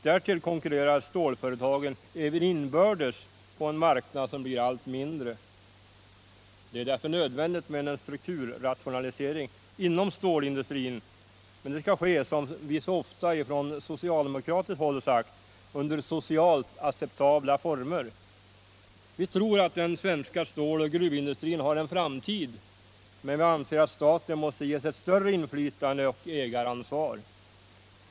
Därtill konkurrerar storföretagen även inbördes på en marknad som blir allt mindre. Det är därför nödvändigt med en strukturrationalisering inom stålindustrin, men den skall, såsom vi så ofta från socialdemokratiskt håll sagt, genomföras under socialt acceptabla former. Vi tror att den svenska ståloch gruvindustrin har en framtid, men vi anser att staten måste ges ett större inflytande och ägaransvar.